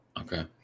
Okay